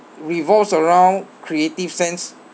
revolves around creative sense